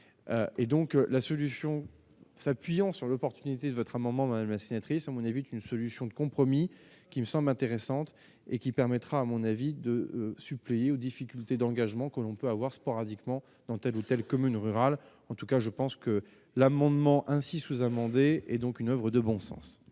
et donc la solution, s'appuyant sur l'opportunité de votre un moment mais elle va sénatrice à mon avis est une solution de compromis qui me semblent intéressantes et qui permettra, à mon avis de suppléer aux difficultés d'engagement que l'on peut avoir sporadiquement dans telle ou telle commune rurale en tout cas je pense que l'amendement ainsi sous-amendé est donc une oeuvre de bon sens.